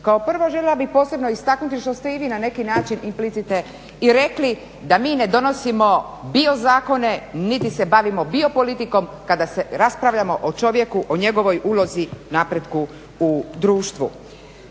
Kao prvo željela bih posebno istaknuti što ste i vi na neki način implicite i rekli da mi ne donosimo biozakone niti se bavimo biopolitikom kada se raspravljamo o čovjeku, o njegovoj ulozi, napretku u društvu.